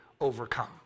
overcome